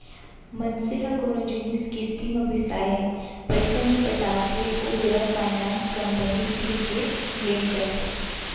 मनसे ह कोनो जिनिस किस्ती म बिसाय हे पइसा नइ पटात हे ओ बेरा फायनेंस कंपनी तीर के लेग जाथे